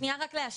זה לא רק זה.